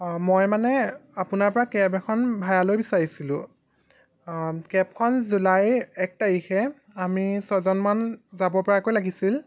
অঁ মই মানে আপোনাৰ পৰা কেব এখন ভাড়ালৈ বিচাৰিছিলোঁ অঁ কেবখন জুলাইৰ এক তাৰিখে আমি ছয়জনমান যাব পৰাকৈ লাগিছিল